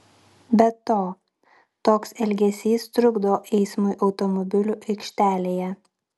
be to toks elgesys trukdo eismui automobilių aikštelėje